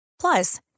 Plus